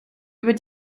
über